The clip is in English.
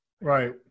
Right